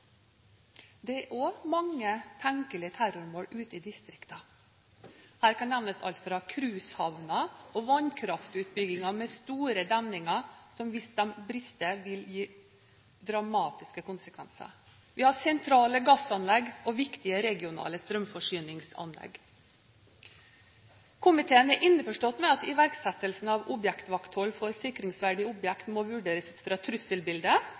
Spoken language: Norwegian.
Det er også mange tenkelige terrormål ute i distriktene. Her kan nevnes alt fra cruisehavner, vannkraftutbygging med store demninger – hvis de brister, vil det få dramatiske konsekvenser – til sentrale gassanlegg og viktige regionale strømforsyningsanlegg. Komiteen er innforstått med at iverksettelsen av objektvakthold for sikringsverdige objekter må vurderes ut fra